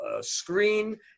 screen